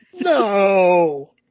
No